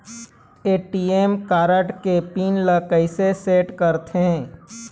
ATM card के pin ला कैसे सेट करथे?